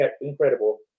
incredible